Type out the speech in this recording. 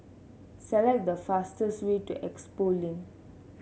select the fastest way to Expo Link